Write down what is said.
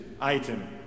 item